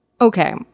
Okay